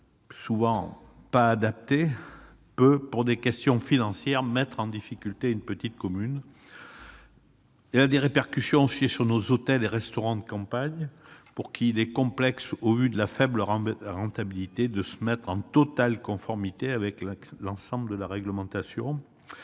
de l'accessibilité peut, pour des questions financières, mettre en difficulté une petite commune. Elle a également des répercussions sur nos hôtels et restaurants de campagne pour lesquels il est complexe, au regard de la faible rentabilité, de se mettre en totale conformité avec l'ensemble de la réglementation.